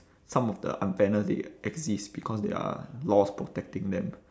some of the unfairness they exist because there are laws protecting them